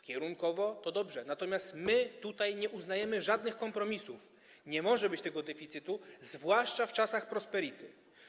Kierunkowo to dobrze, natomiast my nie uznajemy tutaj żadnych kompromisów, nie może być tego deficytu, zwłaszcza w czasach prosperity.